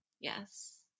Yes